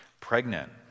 pregnant